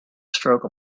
stroke